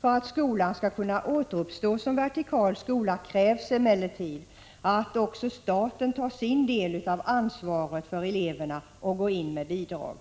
För 65 att skolan skall kunna återuppstå som vertikal skola krävs emellertid att också staten tar sin del av ansvaret för eleverna och går in med bidrag.